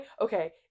okay